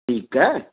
ठीकु आहे